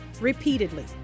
repeatedly